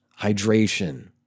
hydration